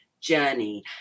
journey